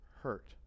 hurt